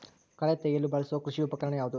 ಕಳೆ ತೆಗೆಯಲು ಬಳಸುವ ಕೃಷಿ ಉಪಕರಣ ಯಾವುದು?